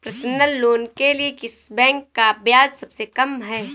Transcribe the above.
Personal loan के लिए किस बैंक का ब्याज सबसे कम है?